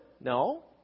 No